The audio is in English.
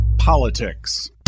Politics